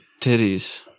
titties